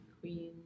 queen